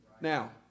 now